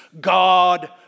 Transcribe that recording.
God